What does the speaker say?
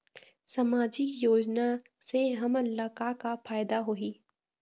सामाजिक योजना से हमन ला का का फायदा होही?